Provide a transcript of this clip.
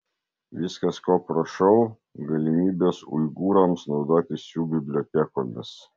viskas ko prašau galimybės uigūrams naudotis jų bibliotekomis